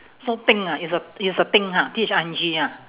so thing ah it's a it's a thing ha T H I N G ah